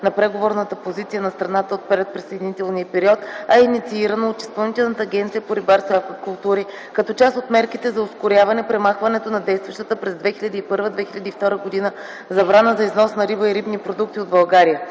на Преговорната позиция на страната от предприсъединителния период, а е инициирано от Изпълнителната агенция по рибарство и аквакултури, като част от мерките за ускоряване премахването на действащата през 2001-2002 г. забрана за износ на риба и рибни продукти от България.